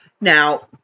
Now